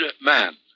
Man